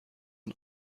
und